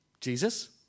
Jesus